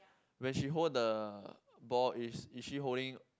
when she hold the ball is is she holding